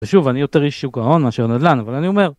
ושוב, אני יותר איש שוק ההון מאשר נדלן, אבל אני אומר.